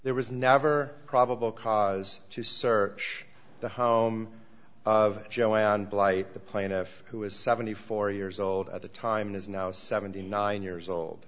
there was never probable cause to search the home of joanne blight the plaintiff who is seventy four years old at the time is now seventy nine years old